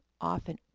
often